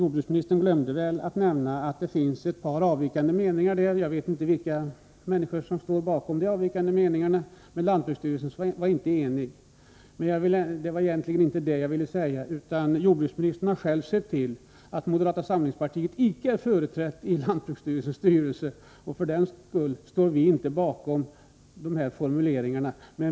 Han glömde nämna att det finns ett par avvikande meningar där. Jag vet inte vilka människor som står bakom de avvikande meningarna, men lantbruksstyrelsen var inte enig. Det var dock egentligen inte det jag ville säga. Jordbruksministern har själv sett till att moderata samlingspartiet inte är företrätt i lantbruksstyrelsens styrelse, och för den skull står vi inte bakom de citerade formuleringarna.